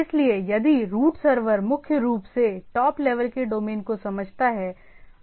इसलिए यदि root server मुख्य रूप से टॉप लेवल के डोमेन को समझता है